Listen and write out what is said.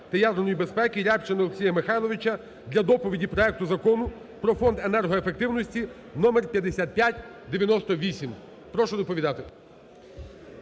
та ядерної безпеки Рябчина Олексія Михайловича для доповіді проекту Закону про Фонд енергоефективності (номер 5598). Прошу доповідати.